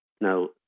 now